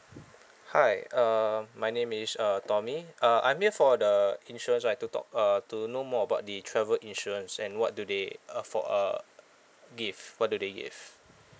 hi uh my name is uh tommy uh I'm here for the insurance right to talk uh to know more about the travel insurance and what do they affor~ uh give what do they give